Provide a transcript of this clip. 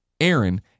Aaron